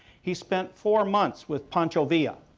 he spent four months with pancho villa,